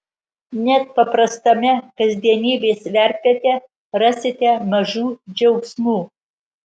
net paprastame kasdienybės verpete rasite mažų džiaugsmų